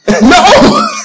No